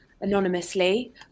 anonymously